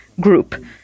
group